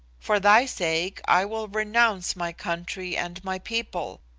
for thy sake i will renounce my country and my people.